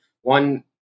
one